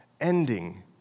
ending